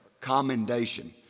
commendation